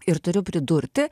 ir turiu pridurti